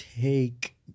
take